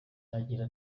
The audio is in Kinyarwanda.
agira